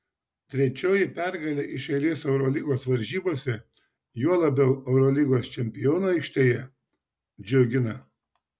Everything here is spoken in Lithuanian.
trečioji pergalė iš eilės eurolygos varžybose juo labiau eurolygos čempionų aikštėje džiugina